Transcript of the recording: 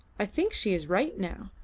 i think she is right now.